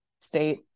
state